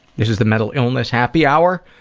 this is the mental illness happy hour.